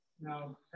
Now